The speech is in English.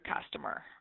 customer